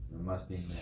Mustang